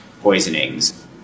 poisonings